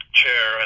chair